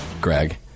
Greg